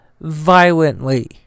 violently